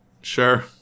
Sure